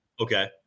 Okay